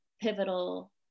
pivotal